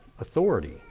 Authority